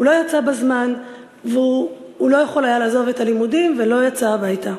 הוא לא יצא בזמן והוא לא יכול היה לעזוב את הלימודים ולא יצא הביתה.